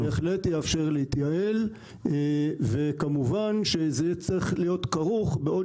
בהחלט זה יאפשר להתייעל וכמובן שזה יהיה צריך להיות כרוך בעוד